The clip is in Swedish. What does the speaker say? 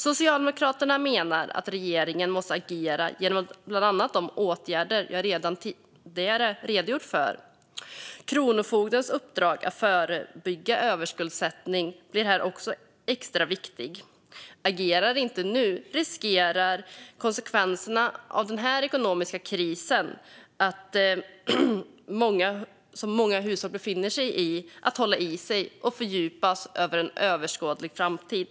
Socialdemokraterna menar att regeringen måste agera genom bland annat de åtgärder jag tidigare redogjorde för, och där är Kronofogdens uppdrag att förebygga överskuldsättning extra viktigt. Om regeringen inte agerar nu riskerar konsekvenserna av den ekonomiska kris som många hushåll befinner sig i att hålla i sig och fördjupas under överskådlig framtid.